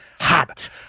hot